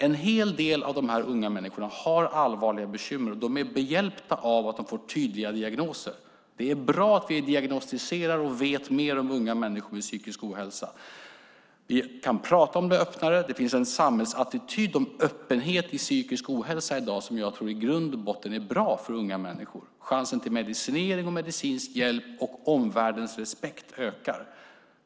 En hel del av de här unga människorna har allvarliga bekymmer, och de är hjälpta av att de får tydliga diagnoser. Det är bra att vi diagnostiserar och vet mer om unga människor med psykisk ohälsa. Vi kan prata om det öppnare. Det finns en samhällsattityd och en öppenhet i fråga om psykisk ohälsa i dag som jag i grund och botten tror är bra för unga människor. Chansen till medicinering och medicinsk hjälp och omvärldens respekt ökar.